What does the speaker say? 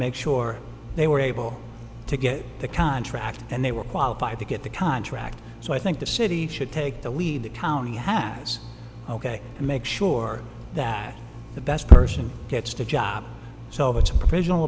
make sure they were able to get the contract and they were qualified to get the contract so i think the city should take the lead the county has ok and make sure that the best person gets to job silva to professional